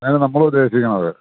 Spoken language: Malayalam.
ഇതാണ് നമ്മളുദ്ദേശിക്കുന്നത്